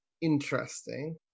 interesting